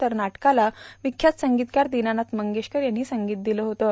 तर नाटकाला विख्यात संगीतकार दीनानाथ मंगेशकर यांनी संगीत दिलं होतं